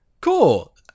Cool